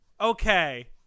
okay